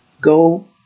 Go